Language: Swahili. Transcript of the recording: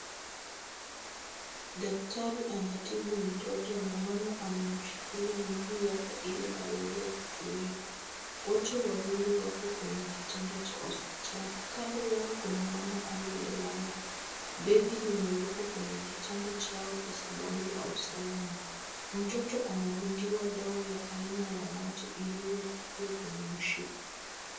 Daktari anatibu mtoto na mama amemshikilia miguu yake ili aweze kutulia. Wote wawili wako kwenye kitanda cha hospitali. Kando yao kuna mama aliyelala; begi limewekwa kwenye kitanda chao kwa sababu ya usalama. Mtoto anadungiwa dawa ya aina ya maji iliyopitia kwenye mshipa